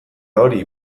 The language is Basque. hori